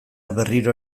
berriro